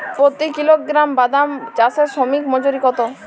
প্রতি কিলোগ্রাম বাদাম চাষে শ্রমিক মজুরি কত?